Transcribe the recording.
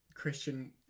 Christian